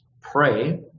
pray